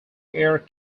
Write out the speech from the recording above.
air